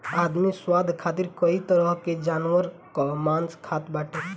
आदमी स्वाद खातिर कई तरह के जानवर कअ मांस खात बाटे